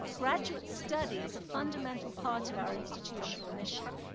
graduate study is a fundamental part of our institutional mission.